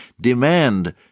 demand